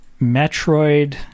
Metroid